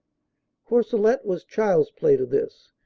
courcellete was child's play to this.